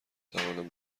توانم